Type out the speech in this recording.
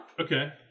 Okay